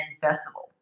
festivals